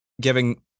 giving